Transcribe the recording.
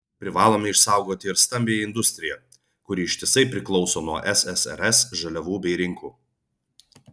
privalome išsaugoti ir stambiąją industriją kuri ištisai priklauso nuo ssrs žaliavų bei rinkų